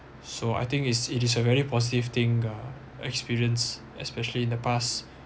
so I think it's it is a very positive thing uh experience especially in the past